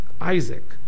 Isaac